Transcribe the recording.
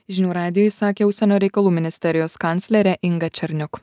žinių radijui sakė užsienio reikalų ministerijos kanclerė inga černiuk